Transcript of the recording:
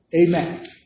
Amen